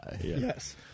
Yes